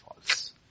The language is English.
false